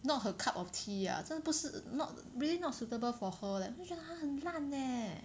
not her cup of tea ah 真的不是 not really not suitable for her leh 就觉得他很烂 leh